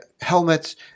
helmets